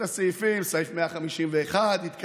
סעיף 151, התקהלות,